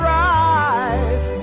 right